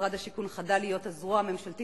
משרד השיכון חדל להיות הזרוע הממשלתית